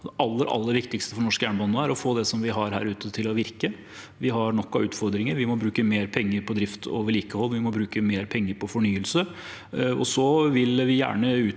aller viktigste for norsk jernbane nå er å få det vi har her ute, til å virke. Vi har nok av utfordringer. Vi må bruke mer penger på drift og vedlikehold. Vi må bruke mer penger på fornyelse.